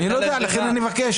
לא הייתה להם ברירה.